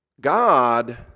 God